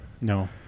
No